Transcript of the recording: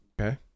Okay